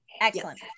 excellent